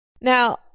Now